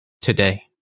today